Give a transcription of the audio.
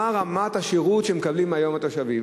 מה רמת השירות שמקבלים היום התושבים.